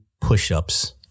push-ups